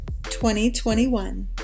2021